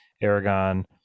Aragon